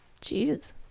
Jesus